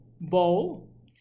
bowl